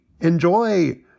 enjoy